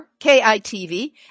KITV